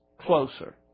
closer